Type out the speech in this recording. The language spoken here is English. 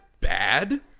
bad